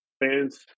fans